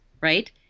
right